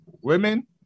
Women